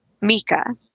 Mika